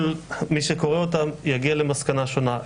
כל מי שקורא אותם יגיע למסקנה שונה,